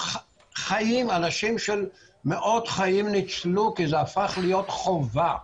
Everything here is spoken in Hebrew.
וחיים של מאות אנשים ניצלו כי זה הפך להיות חובה.